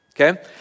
okay